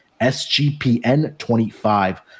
SGPN25